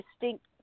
distinct